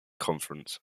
conference